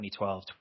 2012